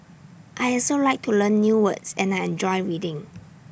I also like to learn new words and I enjoy reading